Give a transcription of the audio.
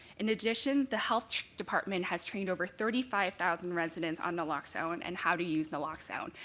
in addition, the health department has trained over thirty five thousand residents on naloxone and and how to use naloxone,